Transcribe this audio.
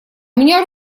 меня